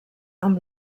amb